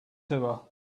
tour